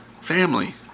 family